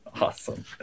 awesome